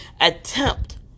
attempt